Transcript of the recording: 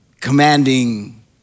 commanding